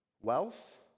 wealth